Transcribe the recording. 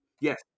yes